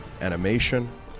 animation